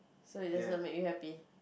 so it doesn't make you happy